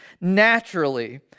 naturally